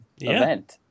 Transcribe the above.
event